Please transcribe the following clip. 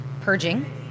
purging